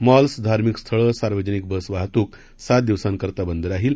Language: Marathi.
मॉल्स धार्मिक स्थळ सार्वजनिक बस वाहतुक सात दिवसांकरता बंद राहणार आहेत